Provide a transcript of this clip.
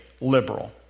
liberal